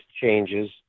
changes